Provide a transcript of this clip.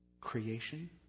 creation